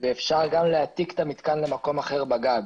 ואפשר גם להעתיק את המתקן למקום אחר בגג.